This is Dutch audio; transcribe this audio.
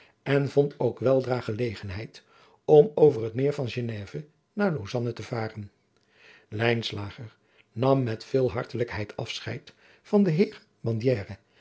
en vond ook weldra gelegenheid om over het meer van geneve naar lausanne te varen lijnslager nam met veel hartelijkheid afscheid van den heer